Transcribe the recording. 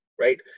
right